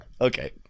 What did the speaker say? okay